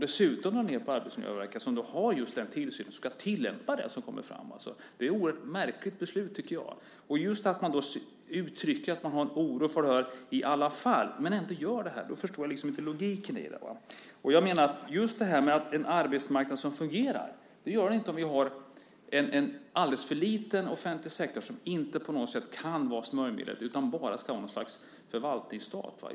Dessutom drar man ned på Arbetsmiljöverket som har tillsynen och ska tillämpa det som kommer fram. Det är ett oerhört märkligt beslut, tycker jag. Just att man uttrycker att man har en oro för det här i alla fall men ändå gör det förstår jag inte logiken i. När det gäller en arbetsmarknad som fungerar så gör den inte det om vi har en alldeles för liten offentlig sektor som inte på något sätt kan vara smörjmedel utan bara ska vara något slags förvaltningsstat.